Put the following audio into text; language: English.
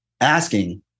asking